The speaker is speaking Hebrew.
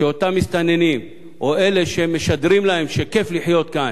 שאותם מסתננים או אלה שמשדרים להם שכיף לחיות כאן,